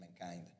mankind